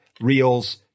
Reels